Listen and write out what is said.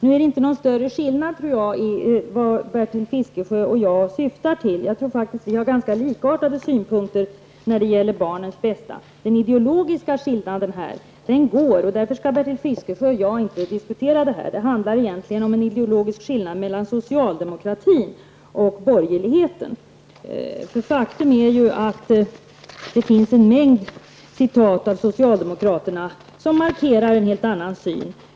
Nu är det inte någon större skillnad, tror jag, mellan vad Bertil Fiskesjö tycker och vad jag syftar till. Jag tror faktiskt att vi har ganska likartade synpunkter när det gäller barnens bästa. Den ideologiska skiljelinjen här går mellan socialdemokratin och borgerligheten; därför skall Bertil Fiskesjö och jag inte diskutera det här. Faktum är att det finns en mängd citat av socialdemokraterna som markerar en helt annan syn.